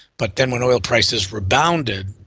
but then when oil prices rebounded,